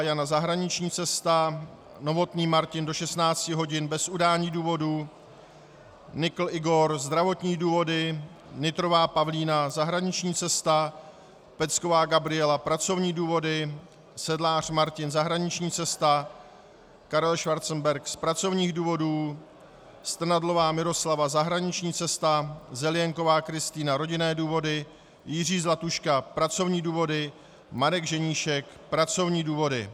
Jana zahraniční cesta, Novotný Martin do 16 hodin bez udání důvodu, Nykl Igor zdravotní důvody, Nytrová Pavlína zahraniční cesta, Pecková Gabriela pracovní důvody, Sedlář Martin zahraniční cesta, Karel Schwarzenberg z pracovních důvodů, Strnadlová Miroslava zahraniční cesta, Zelienková Kristýna rodinné důvody, Jiří Zlatuška pracovní důvody, Marek Ženíšek pracovní důvody.